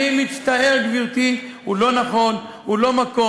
אני מצטער, גברתי, הוא לא נכון, הוא לא במקום.